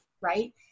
right